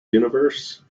universe